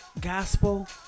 gospel